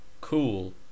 cool